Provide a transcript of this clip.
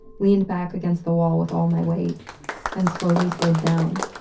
leaned back against the wall with all my weight and slowly slid down,